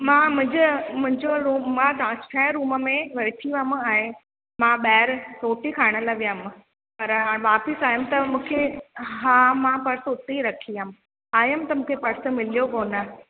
मां मुंहिंजे मुंहिंजो रूम मां छहें रूम में वेठी हुअमि ऐं मां ॿाहिरि रोटी खाइण लाइ वियमि पर वापसि आयमि त मूंखे हा मां पर्स उते ई रखी वियमि आयमि त मूंखे पर्स मिल्यो कोन